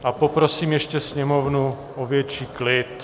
A poprosím ještě sněmovnu o větší klid.